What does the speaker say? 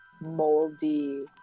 moldy